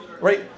right